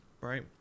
right